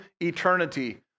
eternity